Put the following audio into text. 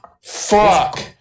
Fuck